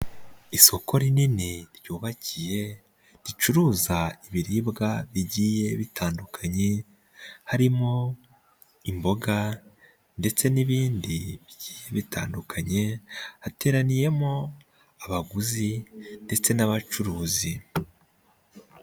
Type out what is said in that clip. Isoko rinini ryubakiye ricuruza ibiribwa bigiye bitandukanye harimo imboga ndetse n'ibindi bigiye bitandukanye, hateraniyemo abaguzi ndetse n'abacuruzi.